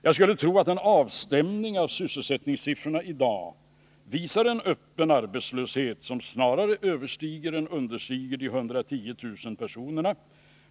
Jag skulle tro att en avstämning av sysselsättningssiffrorna i dag visar en öppen arbetslöshet som snarare överstiger än understiger de 110000 personerna.